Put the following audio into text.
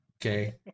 Okay